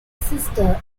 sister